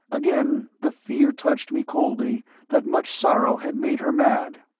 again the fear touched me coldly that much sorrow had made her mad.